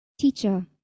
teacher